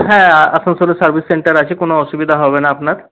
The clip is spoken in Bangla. হ্যাঁ আসানসোলে সার্ভিস সেন্টার আছে কোনো অসুবিধা হবে না আপনার